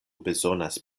bezonas